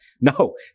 No